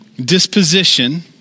disposition